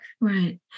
Right